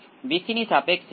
265 છે આ 0